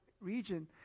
region